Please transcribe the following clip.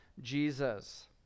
Jesus